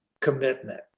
commitment